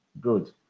good